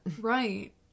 Right